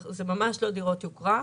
זה ממש לא דירות יוקרה.